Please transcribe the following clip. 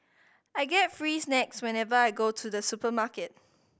I get free snacks whenever I go to the supermarket